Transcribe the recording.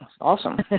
Awesome